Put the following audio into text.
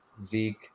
Zeke